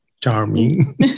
charming